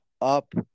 Up